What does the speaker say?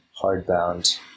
hardbound